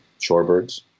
shorebirds